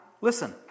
Listen